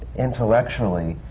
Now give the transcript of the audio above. intellectually,